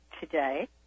today